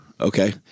Okay